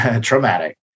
traumatic